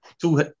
two